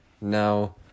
Now